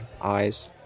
eyes